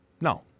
No